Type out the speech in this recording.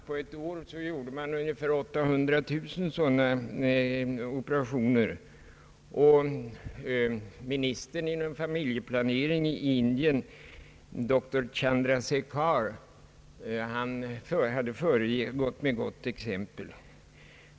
Under ett år gjorde man cirka 800 000 sådana operationer, och ministern för familjeplaneringen i Indien, doktor Chandrasekhar, hade föregått med gott exempel.